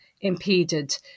impeded